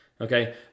Okay